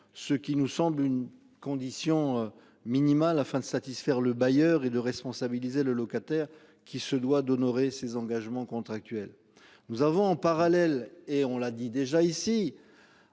Ce qui nous semble une condition minimale afin de satisfaire le bailleur et de responsabiliser le locataire qui se doit d'honorer ses engagements contractuels. Nous avons en parallèle et on l'a dit déjà ici.